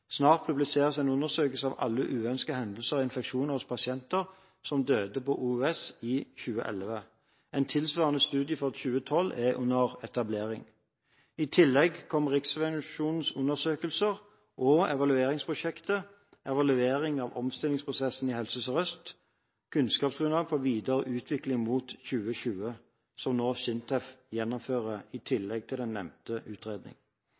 Snart publiseres en undersøkelse av alle uønskede hendelser og infeksjoner hos pasienter som døde på OUS i 2011. En tilsvarende studie for 2012 er under etablering. I tillegg kommer Riksrevisjonens undersøkelser og evalueringsprosjektet «Evaluering av omstillingsprosessen i Helse Sør-Øst. Kunnskapsgrunnlag for videre utvikling frem mot 2020», som SINTEF gjennomfører – i